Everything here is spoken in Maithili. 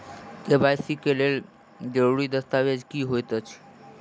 के.वाई.सी लेल जरूरी दस्तावेज की होइत अछि?